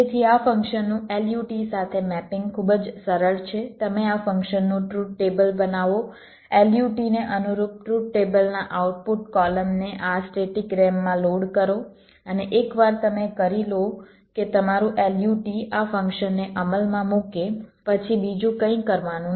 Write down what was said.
તેથી આ ફંક્શનનું LUT સાથે મેપિંગ ખૂબ જ સરળ છે તમે આ ફંક્શનનું ટ્રુથ ટેબલ બનાવો LUT ને અનુરૂપ ટ્રુથ ટેબલના આઉટપુટ કોલમને આ સ્ટેટિક RAM માં લોડ કરો અને એકવાર તમે કરી લો કે તમારું LUT આ ફંક્શનને અમલમાં મુકે પછી બીજું કંઈ કરવાનું નથી